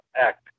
act